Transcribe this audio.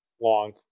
Long